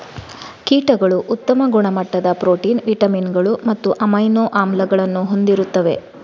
ಕೀಟಗಳು ಉತ್ತಮ ಗುಣಮಟ್ಟದ ಪ್ರೋಟೀನ್, ವಿಟಮಿನುಗಳು ಮತ್ತು ಅಮೈನೋ ಆಮ್ಲಗಳನ್ನು ಹೊಂದಿರುತ್ತವೆ